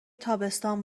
تابستان